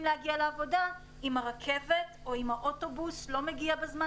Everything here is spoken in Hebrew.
להגיע לעבודה אם הרכבת או אם האוטובוס לא מגיע בזמן?